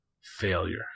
Failure